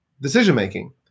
decision-making